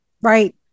Right